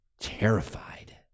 terrified